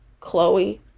Chloe